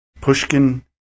Pushkin